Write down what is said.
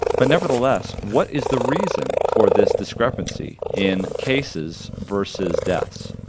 but nevertheless, what is the reason for this discrepancy in cases versus deaths?